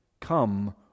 come